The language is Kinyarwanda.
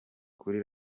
kuri